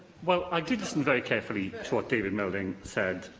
well, i did listen very carefully to what david melding said,